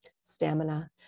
stamina